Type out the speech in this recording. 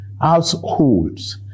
Households